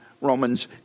Romans